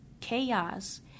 chaos